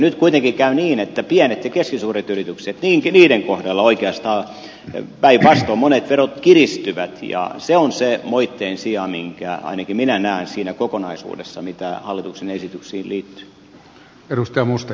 nyt kuitenkin käy niin että pienten ja keskisuurten yritysten kohdalla oikeastaan päinvastoin monet verot kiristyvät ja se on se moitteen sija minkä ainakin minä näen siinä kokonaisuudessa mitä hallituksen esityksiin liittyy